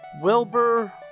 Wilbur